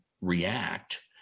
react